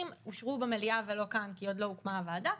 אושרו במליאה ולא כאן כי עוד לא הוקמה הוועדה.